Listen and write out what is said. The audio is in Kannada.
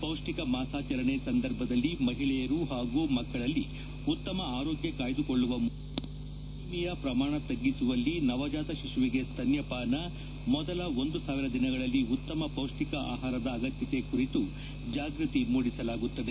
ಪೌಢ್ಶಿಕ ಮಾಸಾಚರಣೆ ಸಂದರ್ಭದಲ್ಲಿ ಮಹಿಳೆಯರು ಹಾಗೂ ಮಕ್ಕಳಲ್ಲಿ ಉತ್ತಮ ಆರೋಗ್ಯ ಕಾಯ್ಲುಕೊಳ್ಳುವ ಮೂಲಕ ಅನೀಮಿಯಾ ಪ್ರಮಾಣ ತಗ್ಗಿಸುವಲ್ಲಿ ನವಜಾತ ಶಿಶುವಿಗೆ ಸ್ತನ್ಯಪಾನ ಮೊದಲ ಒಂದು ಸಾವಿರ ದಿನಗಳಲ್ಲಿ ಉತ್ತಮ ಪೌಷ್ಣಿಕ ಆಹಾರದ ಅಗತ್ಯತೆ ಕುರಿತು ಜಾಗ್ಬತಿ ಮೂದಿಸಲಾಗುತ್ತದೆ